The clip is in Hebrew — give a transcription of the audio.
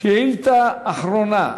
שאילתה אחרונה,